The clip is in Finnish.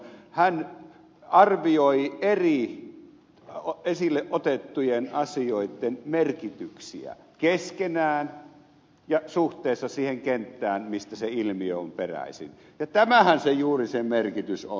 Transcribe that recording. hän arvioi esille otettujen eri asioitten merkityksiä keskenään ja suhteessa siihen kenttään mistä se ilmiö on peräisin ja tämähän juuri se merkitys on